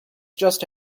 just